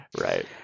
right